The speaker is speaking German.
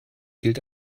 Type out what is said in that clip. gilt